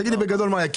תגיד לי בגדול מה היה.